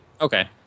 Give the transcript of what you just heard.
Okay